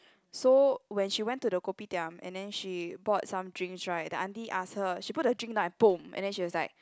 so when she went to the Kopitiam and then she bought some drinks right the auntie ask her she put the drink down and and then she was like